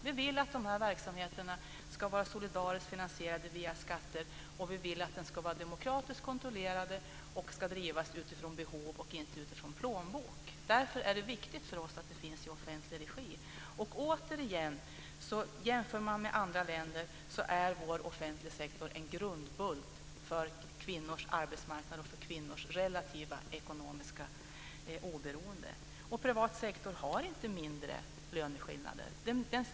Vi vill att dessa verksamheter ska vara solidariskt finansierade via skatter, och vi vill att de ska vara demokratiskt kontrollerade och drivas utifrån behov och inte utifrån plånboken. Därför är det viktigt för oss att detta finns i offentlig regi. Jag vill återigen säga att om man jämför med andra länder så är vår offentliga sektor en grundbult för kvinnors arbetsmarknad och för kvinnors relativa ekonomiska oberoende. Privat sektor har inte mindre löneskillnader.